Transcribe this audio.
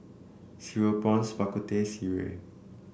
Cereal Prawns Bak Kut Teh Sireh